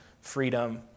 freedom